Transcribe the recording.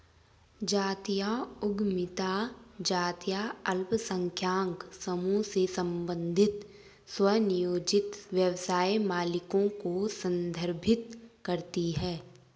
जातीय उद्यमिता जातीय अल्पसंख्यक समूहों से संबंधित स्वनियोजित व्यवसाय मालिकों को संदर्भित करती है